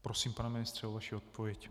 Prosím, pane ministře, o vaši odpověď.